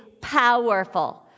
powerful